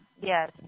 Yes